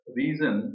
reason